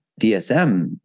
DSM